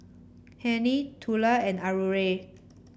Hennie Tula and Aurore